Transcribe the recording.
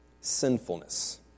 sinfulness